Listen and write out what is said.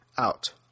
Out